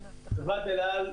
חברת אל על,